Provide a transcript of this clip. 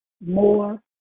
more